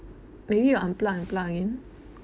maybe you unplug and plug again